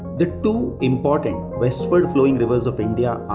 the two important westward flowing rivers are